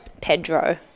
Pedro